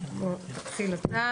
מתוקף תפקידי